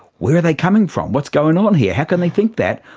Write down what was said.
where are they coming from, what's going on here, how can they think that?